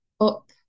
up